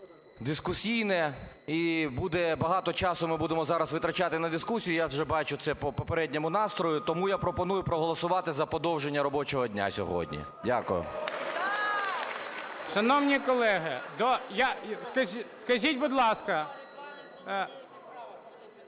дискусійне, і багато часу ми будемо зараз витрачати на дискусію, я це вже бачу по попередньому настрою. Тому я пропоную проголосувати за продовження робочого дня сьогодні. Дякую. ГОЛОВУЮЧИЙ. Шановні колеги! Скажіть, будь ласка…